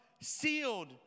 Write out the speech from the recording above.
sealed